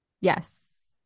Yes